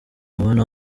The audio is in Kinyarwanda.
ubona